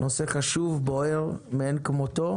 נושא חשוב ובוער מאין כמותו,